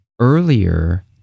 Earlier